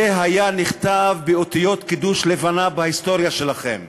זה היה נכתב באותיות קידוש לבנה בהיסטוריה שלכם,